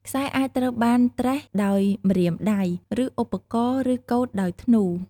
ខ្សែអាចត្រូវបានត្រេះដោយម្រាមដៃ ឬឧបករណ៍ ឬកូតដោយធ្នូ។